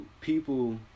people